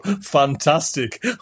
fantastic